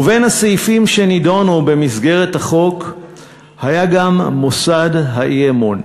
ובין הסעיפים שנדונו במסגרת החוק היה גם מוסד האי-אמון.